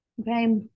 Okay